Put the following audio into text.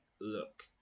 look